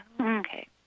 Okay